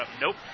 Nope